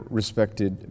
respected